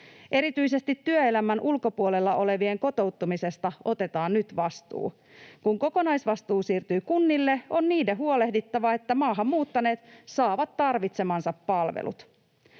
Erityisesti työelämän ulkopuolella olevien kotouttamisesta otetaan nyt vastuu. Kun kokonaisvastuu siirtyy kunnille, on niiden huolehdittava, että maahan muuttaneet saavat tarvitsemansa palvelut.